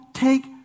Take